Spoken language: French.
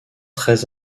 très